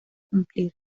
cumplir